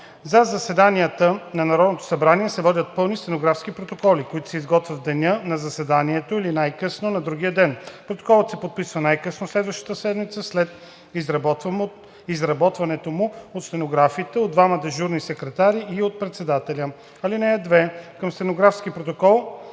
За заседанията на Народното събрание се водят пълни стенографски протоколи, които се изготвят в деня на заседанието или най-късно на другия ден. Протоколът се подписва най-късно следващата седмица след изработването му от стенографите, от двамата дежурни секретари и от председателя. (2) Към стенографския протокол